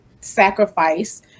sacrifice